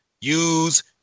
use